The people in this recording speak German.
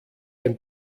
ein